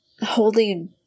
holding